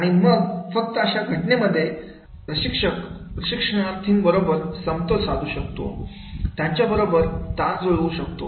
आणि मग फक्त अशा घटनेमध्ये प्रशिक्षक प्रशिक्षणार्थी बरोबर समतोल साधू शकतो त्यांच्याबरोबर तार जुळवू शकतो